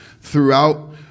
throughout